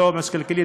עומס כלכלי.